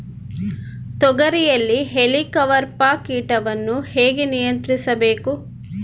ತೋಗರಿಯಲ್ಲಿ ಹೇಲಿಕವರ್ಪ ಕೇಟವನ್ನು ಹೇಗೆ ನಿಯಂತ್ರಿಸಬೇಕು?